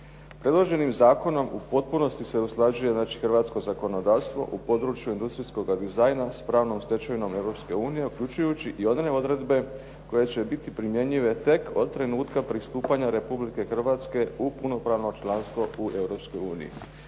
Predloženim zakonom u potpunosti se usklađuje znači hrvatsko zakonodavstvo u području industrijskoga dizajna sa pravnom stečevinom Europske unije uključujući i one odredbe koje će biti primjenjive tek od trenutka pristupanja Republike Hrvatske u punopravno članstvo u